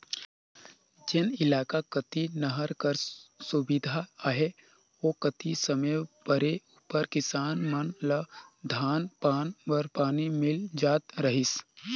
जेन इलाका कती नहर कर सुबिधा अहे ओ कती समे परे उपर किसान मन ल धान पान बर पानी मिल जात रहिस